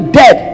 dead